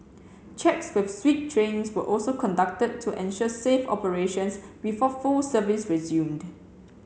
checks with sweep trains were also conducted to ensure safe operations before full service resumed